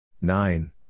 Nine